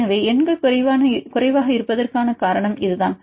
எனவே எண்கள் குறைவாக இருப்பதற்கான காரணம் இதுதான்